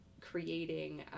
creating